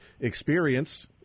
experience